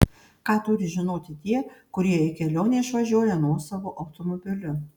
ką turi žinoti tie kurie į kelionę išvažiuoja nuosavu automobiliu